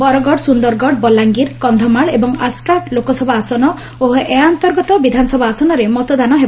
ବରଗଡ ସୁନ୍ଦରଗଡ଼ ବଲାଙ୍ଗୀର କକ୍ଷମାଳ ଏବଂ ଆସ୍କା ଲୋକସଭା ଆସନ ଓ ଏହା ଅନ୍ତର୍ଗତ ବିଧାନସଭା ଆସନରେ ମତଦାନ ହେବ